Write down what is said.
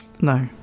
No